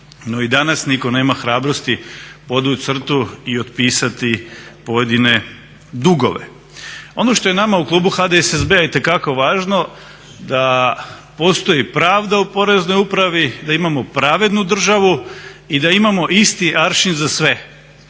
no i danas nitko nema hrabrosti i otpisati pojedine dugove. Ono što je nama u klubu HDSSB-a itekako važno da postoji pravda u Poreznoj upravi, da imamo pravednu državu i da imamo isti aršin za sve,